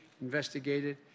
investigated